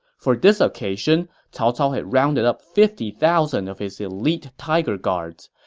for this occasion, cao cao had rounded up fifty thousand of his elite tiger guards.